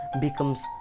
becomes